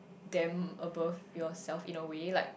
them above yourself in a way like